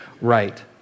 right